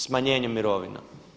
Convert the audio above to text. Smanjenje mirovina.